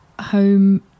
home